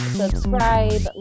subscribe